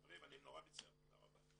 חברים אני מצטער, תודה רבה.